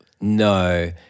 No